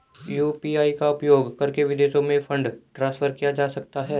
UPI का उपयोग करके विदेशों में फंड ट्रांसफर किया जा सकता है?